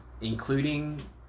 including